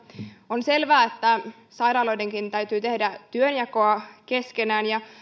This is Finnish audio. on selvää että sairaaloidenkin täytyy tehdä työnjakoa keskenään ja